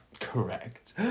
Correct